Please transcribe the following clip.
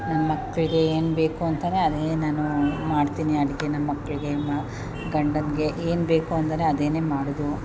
ನನ್ನ ಮಕ್ಕಳಿಗೆ ಏನು ಬೇಕು ಅಂತಲೇ ಅದೇ ನಾನೂ ಮಾಡ್ತೀನಿ ಅಡುಗೇನ ಮಕ್ಕಳಿಗೆ ಮ ಗಂಡನಿಗೆ ಏನು ಬೇಕು ಅಂದರೆ ಅದೇನೇ ಮಾಡೋದು